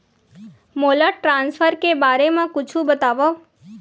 मोला ट्रान्सफर के बारे मा कुछु बतावव?